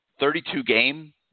32-game